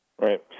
Right